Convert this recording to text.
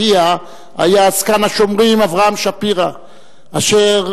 אחיה היה זקן השומרים אברהם שפירא אשר